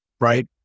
right